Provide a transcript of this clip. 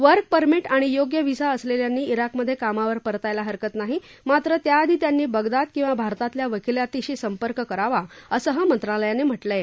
work permit आणि योग्य visa असलेल्यांनी ज्ञाकमध्ये कामावर परतायला हरकत नाही मात्र त्याआधी त्यांनी बगदाद किंवा भारतातल्या वकिलातीशी संपर्क करावा असंही मंत्रालयानं म्हालिं आहे